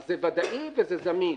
אז זה ודאי וזה זמין.